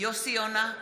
יוסי יונה,